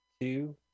two